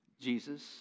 Jesus